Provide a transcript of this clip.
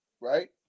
right